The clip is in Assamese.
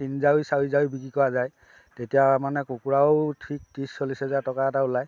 তিনিজাউৰি চাৰিজাউৰি বিক্ৰী কৰা যায় তেতিয়া মানে কুকুৰাও ঠিক ত্ৰিছ চল্লিছ হেজাৰ টকা এটা ওলায়